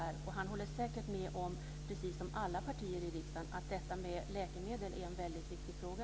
Han, precis som alla partier i riksdagen, håller säkert med om att detta med läkemedel är en viktig fråga.